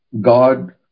God